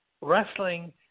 wrestling